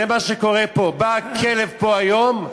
זה מה שקורה פה: בא הכלב פה היום,